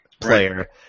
player